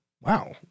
Wow